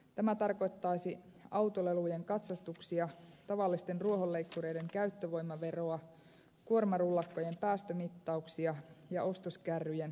tämä tarkoittaisi autolelujen katsastuksia tavallisten ruohonleikkureiden käyttövoimaveroa kuormarullakkojen päästömittauksia ja ostoskärryjen päästöperusteista verotusta